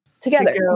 Together